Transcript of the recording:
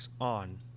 on